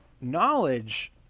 knowledge